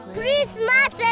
Christmas